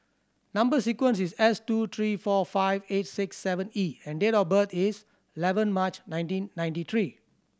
number sequence is S two three four five eight six seven E and date of birth is eleven March nineteen ninety three